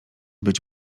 być